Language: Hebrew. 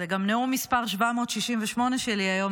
זה גם נאום מס' 768 שלי היום,